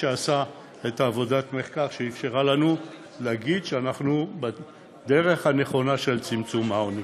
שעשה את עבודת המחקר שאפשרה לנו להגיד שאנחנו בדרך הנכונה לצמצום העוני.